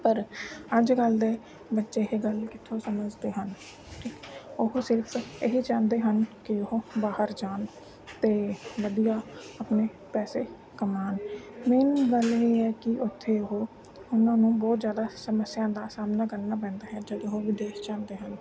ਪਰ ਅੱਜ ਕੱਲ੍ਹ ਦੇ ਬੱਚੇ ਇਹ ਗੱਲ ਕਿੱਥੋਂ ਸਮਝਦੇ ਹਨ ਠੀਕ ਹੈ ਉਹ ਸਿਰਫ਼ ਇਹ ਜਾਣਦੇ ਹਨ ਕਿ ਉਹ ਬਾਹਰ ਜਾਣ ਅਤੇ ਵਧੀਆ ਆਪਣੇ ਪੈਸੇ ਕਮਾਉਣ ਮੇਨ ਗੱਲ ਇਹ ਹੈ ਕਿ ਉੱਥੇ ਉਹ ਉਹਨਾਂ ਨੂੰ ਬਹੁਤ ਜ਼ਿਆਦਾ ਸਮੱਸਿਆ ਦਾ ਸਾਹਮਣਾ ਕਰਨਾ ਪੈਂਦਾ ਹੈ ਜਦੋਂ ਉਹ ਵਿਦੇਸ਼ ਜਾਂਦੇ ਹਨ